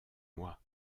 moi